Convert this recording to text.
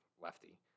lefty